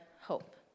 hope